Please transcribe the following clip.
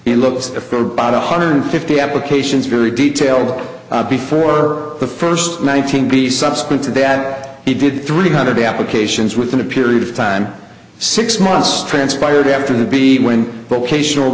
in looks or bought a hundred and fifty applications very detailed before the first nineteen b subsequent to that he did three hundred applications within a period of time six months transpired after the b when but occasional